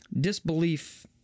disbelief